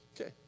Okay